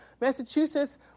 Massachusetts